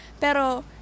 Pero